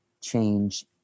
change